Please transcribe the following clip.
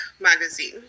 Magazine